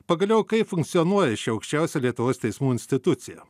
pagaliau kaip funkcionuoja ši aukščiausia lietuvos teismų institucija